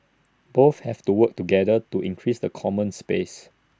both have to work together to increase the common space